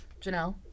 Janelle